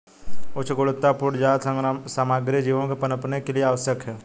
उच्च गुणवत्तापूर्ण जाल सामग्री जीवों के पनपने के लिए आवश्यक है